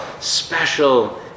special